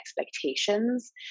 expectations